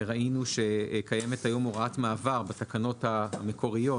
ראינו שקיימת היום הוראת מעבר בתקנות המקוריות